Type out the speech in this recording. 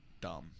dumb